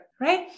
right